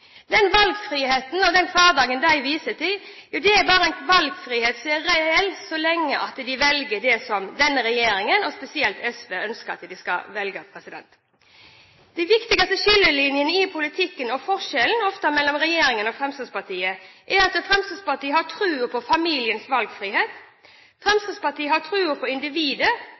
Den valgfriheten i hverdagen de viser til, er en valgfrihet som bare er reell så lenge man velger det som denne regjeringen – og spesielt SV – ønsker at man skal velge. En av de viktigste skillelinjene i politikken – og ofte forskjellen mellom regjeringen og Fremskrittspartiet – er at Fremskrittspartiet har tro på familiens valgfrihet. Fremskrittspartiet har tro på individet.